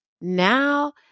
Now